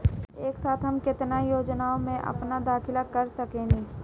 एक साथ हम केतना योजनाओ में अपना दाखिला कर सकेनी?